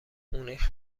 مونیخ